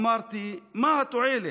/ אמרתי: מה התועלת?